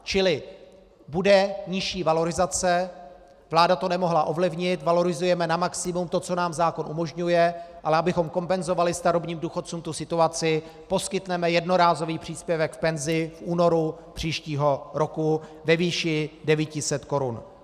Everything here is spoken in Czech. Čili bude nižší valorizace, vláda to nemohla ovlivnit, valorizujeme na maximum to, co nám zákon umožňuje, ale abychom kompenzovali starobním důchodcům tu situaci, poskytneme jednorázový příspěvek k penzi v únoru příštího roku ve výši 900 korun.